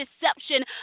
deception